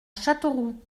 châteauroux